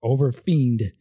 Overfiend